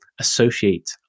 associate